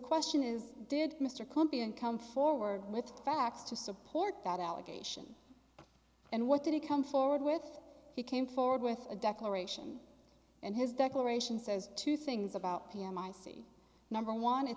question is did mr campian come forward with facts to support that allegation and what did he come forward with he came forward with a declaration and his declaration says two things about pm i c number one